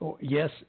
yes